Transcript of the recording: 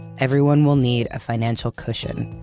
everyone will need a financial cushion.